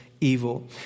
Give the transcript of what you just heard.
evil